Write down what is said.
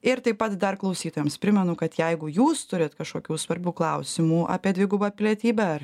ir taip pat dar klausytojams primenu kad jeigu jūs turit kažkokių svarbių klausimų apie dvigubą pilietybę ar